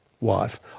wife